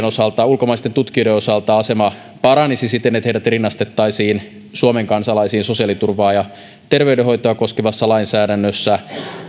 osalta ulkomaisten tutkijoiden osalta asema paranisi siten että heidät rinnastettaisiin suomen kansalaisiin sosiaaliturvaa ja terveydenhoitoa koskevassa lainsäädännössä